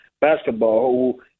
basketball